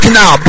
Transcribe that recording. now